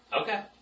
Okay